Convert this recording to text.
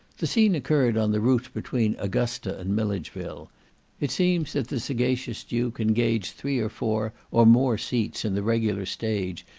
the scene occurred on the route between augusta and milledgeville it seems that the sagacious duke engaged three or four, or more seats, in the regular stage,